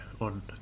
on